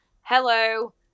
hello